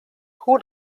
who